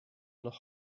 noch